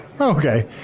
Okay